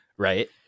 Right